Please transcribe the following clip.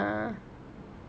ya